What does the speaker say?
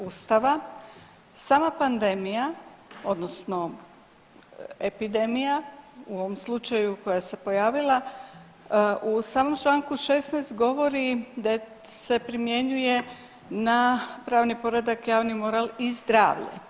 Ustava sama pandemija odnosno epidemija u ovom slučaju koja se pojavila u samom Članku 16. govori da se primjenjuje na pravni poredak, javni moral i zdravlje.